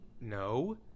No